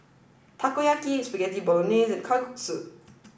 Takoyaki Spaghetti Bolognese and Kalguksu